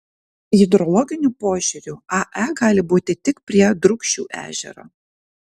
hidrologiniu požiūriu ae gali būti tik prie drūkšių ežero